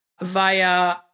via